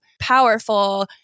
powerful